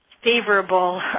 favorable